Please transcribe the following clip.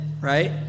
right